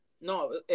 No